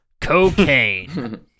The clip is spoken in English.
Cocaine